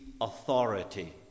authority